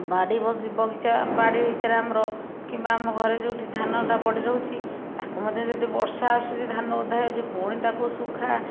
ବାଡ଼ି ବଗିଚା ବାଡ଼ି ଭିତରେ ଆମର କିମ୍ବା ଆମ ଘରେ ଯେଉଁଠି ଧାନଟା ପଡ଼ି ରହୁଛି ତା'କୁ ମଧ୍ୟ ଯଦି ବର୍ଷା ଆସୁଚି ଧାନ ଓଦା ହୋଇଯାଉ ପୁଣି ତାକୁ ଶୁଖା